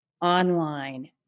online